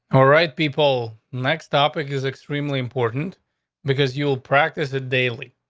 all right, people, next topic is extremely important because you will practice a daily.